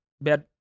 Bad